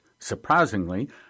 Surprisingly